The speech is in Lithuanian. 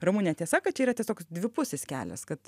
ramune tiesa kad čia yra tiesiog dvipusis kelias kad